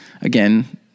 again